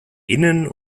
innen